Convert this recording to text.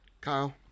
kyle